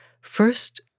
First